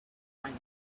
point